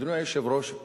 אדוני היושב-ראש,